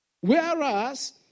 Whereas